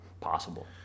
possible